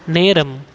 நேரம்